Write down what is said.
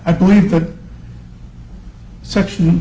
i believe that section